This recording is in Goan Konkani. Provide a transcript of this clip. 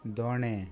दोणें